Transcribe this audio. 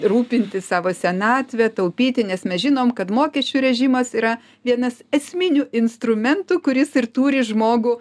rūpintis savo senatve taupyti nes mes žinom kad mokesčių režimas yra vienas esminių instrumentų kuris ir turi žmogų